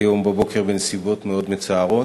היום בבוקר בנסיבות מאוד מצערות.